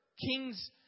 Kings